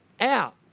out